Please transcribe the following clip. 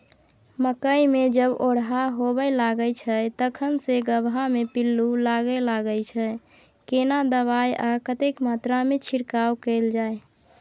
मकई मे जब ओरहा होबय लागय छै तखन से गबहा मे पिल्लू लागय लागय छै, केना दबाय आ कतेक मात्रा मे छिरकाव कैल जाय?